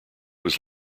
was